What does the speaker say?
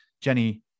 Jenny